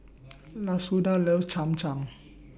Lashunda loves Cham Cham